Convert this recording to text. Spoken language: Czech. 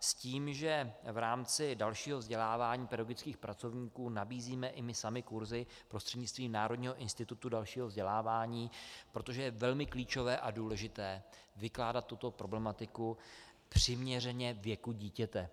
S tím, že v rámci dalšího vzdělávání pedagogických pracovníků nabízíme i my sami kurzy prostřednictvím Národního institutu dalšího vzdělávání, protože je velmi klíčové a důležité vykládat tuto problematiku přiměřeně věku dítěte.